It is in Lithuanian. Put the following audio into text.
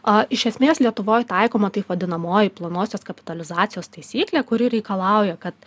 o iš esmės lietuvoj taikoma taip vadinamoji plonosios kapitalizacijos taisyklė kuri reikalauja kad